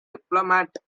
diplomat